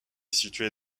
située